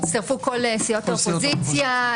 הצטרפו כל סיעות האופוזיציה.